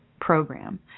program